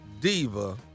Diva